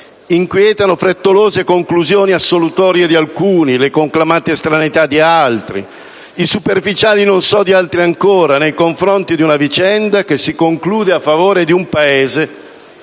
Inquietano frettolose conclusioni assolutorie di alcuni, le conclamate estraneità di altri, i superficiali "non so" di altri ancora nei confronti di una vicenda che si conclude a favore di un Paese,